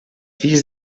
fills